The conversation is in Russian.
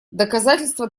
доказательство